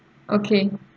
okay